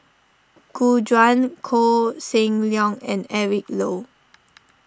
Gu Juan Koh Seng Leong and Eric Low